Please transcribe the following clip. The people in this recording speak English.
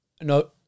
No